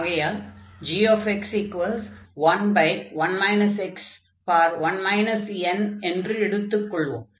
ஆகையால் gx11 x1 n என்று எடுத்துக் கொள்வோம்